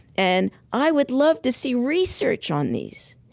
and i would love to see research on these.